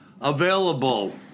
available